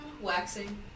waxing